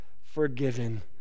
forgiven